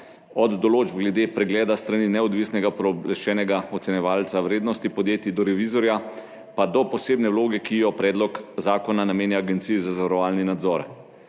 od določb glede pregleda s strani neodvisnega pooblaščenega ocenjevalca vrednosti podjetij do revizorja in do posebne vloge, ki jo predlog zakona namenja Agenciji za zavarovalni nadzor.